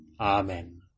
Amen